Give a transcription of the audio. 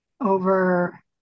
over